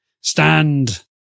stand